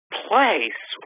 place